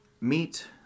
Meet